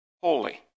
holy